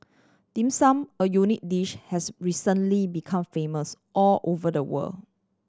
Dim Sum a unique dish has recently become famous all over the world